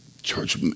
Church